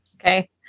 okay